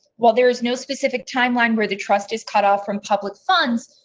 while there's no specific timeline where the trust is cut off from public funds.